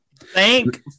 Thank